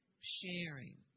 sharing